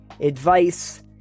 advice